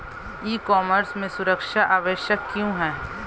ई commerce में सुरक्षा आवश्यक क्यों है?